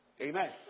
Amen